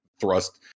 thrust